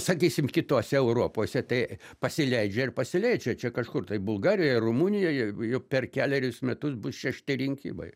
sakysim kitose europose tai pasileidžia ir pasileidžia čia kažkur tai bulgarijoj ar rumunijoje jau per kelerius metus bus šešti rinkimai